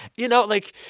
you know, like,